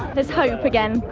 there's hope again.